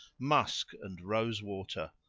musk and rose water.